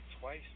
twice